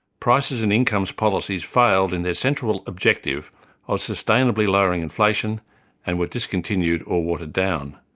prices and incomes policies failed in their central objective of sustainably lowering inflation and were discontinued or watered down.